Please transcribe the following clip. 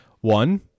One